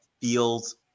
feels